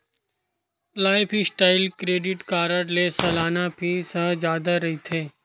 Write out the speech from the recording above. lifestyle credit card के सलाना fees ह जादा रहिथे